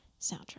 soundtrack